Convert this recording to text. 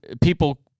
people